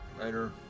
Later